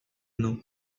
know